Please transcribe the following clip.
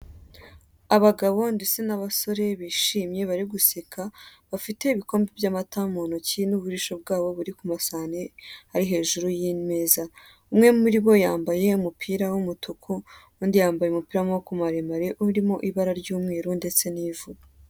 Abagabo ndetse n'abasore bishimye bari guseka, bafite ibikombe by'amata mu ntoki n'uburisho bwabo buri ku masahani ari hejuru y'imeza. umwe muri bo yambaye umupira w'umutuku, undi yambaye umupira w'amaboko maremare, urimo ibara ry'umweru ndetse n'ivu.